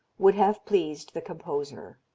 would have pleased the composer.